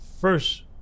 First